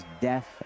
death